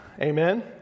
Amen